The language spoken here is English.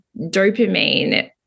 dopamine